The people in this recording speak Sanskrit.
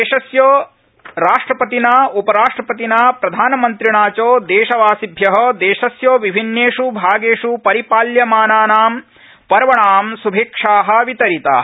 लोहडी शभकामना अद्य देशस्य राष्ट्रपतिना उपराष्ट्रपतिना प्रधानमन्त्रिणा च देशवासिभ्य देशस्य विभिन्नेष् भागेष् परिपाल्यमानानाम् पर्वणां श्भेच्छा वितरिताः